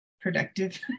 productive